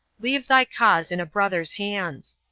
leave thy cause in a brother's hands.